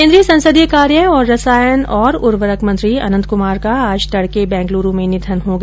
केन्द्रीय संसदीय कार्य और रसायन और उर्वरक मंत्री अनंत कुमार का आज तड़के बेंगलुरु में निधन हो गया